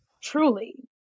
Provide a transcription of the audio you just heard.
truly